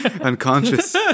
unconscious